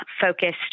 focused